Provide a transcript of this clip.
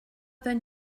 than